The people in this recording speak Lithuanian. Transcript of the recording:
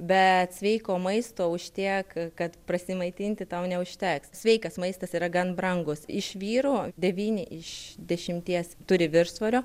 bet sveiko maisto už tiek kad prasimaitinti tau neužteks sveikas maistas yra gan brangus iš vyrų devyni iš dešimties turi viršsvorio